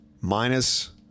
minus